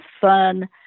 fun